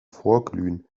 vorglühen